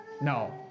No